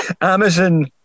Amazon